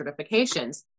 certifications